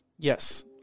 Yes